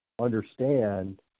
understand